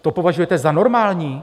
To považujete za normální?